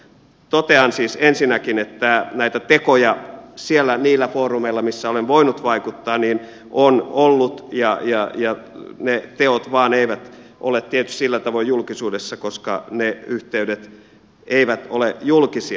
totean siis ensinnäkin että näitä tekoja niillä foorumeilla missä olen voinut vaikuttaa on ollut ja ne teot vaan eivät ole tietysti sillä tavoin julkisuudessa koska ne yhteydet eivät ole julkisia